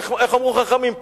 איך אמרו חכמים?